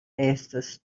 estas